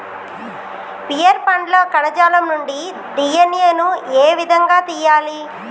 Pear పండ్ల కణజాలం నుండి డి.ఎన్.ఎ ను ఏ విధంగా తియ్యాలి?